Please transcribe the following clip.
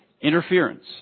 Interference